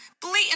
blatant